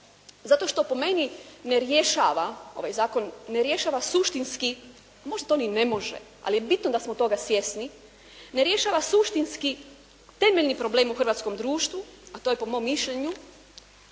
Zato što po meni ne rješava, ovaj zakon ne rješava suštinski. Možda to on ni ne može, ali je bitno da smo toga svjesni, ne rješava suštinski temeljni problem u hrvatskom društvu, a to je po mom mišljenju